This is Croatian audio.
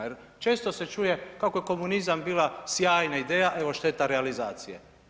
Jer često se čuje kako je komunizam bila sjajna ideja, evo šteta realizacije.